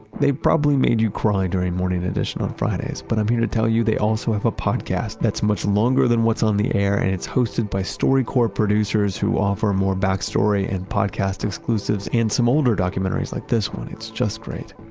they've probably made you cry during morning edition on fridays, but i'm here to tell you they also have a podcast that's much longer than what's on the air, and it's hosted by storycorps producers who offer more backstory and podcast exclusives, and some older documentaries like this one. it's just great.